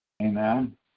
Amen